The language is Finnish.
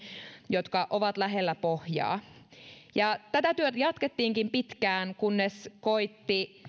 jotka ovat lähellä pohjaa tätä työtä jatkettiinkin pitkään kunnes koitti